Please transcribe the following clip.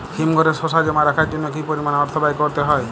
হিমঘরে শসা জমা রাখার জন্য কি পরিমাণ অর্থ ব্যয় করতে হয়?